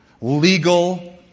legal